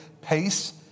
pace